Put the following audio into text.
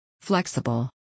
Flexible